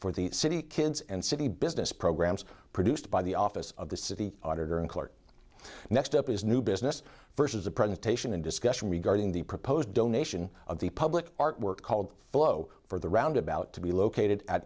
for the city kids and city business programs produced by the office of the city auditor and court next up is new business versus a presentation in discussion regarding the proposed donation of the public artwork called flow for the roundabout to be located at